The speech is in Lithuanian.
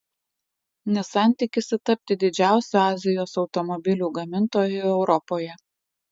nissan tikisi tapti didžiausiu azijos automobilių gamintoju europoje